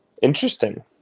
interesting